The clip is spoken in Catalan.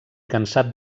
cansat